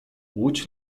łódź